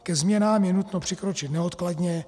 Ke změnám je nutno přikročit neodkladně.